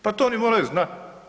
Pa to oni moraju znati.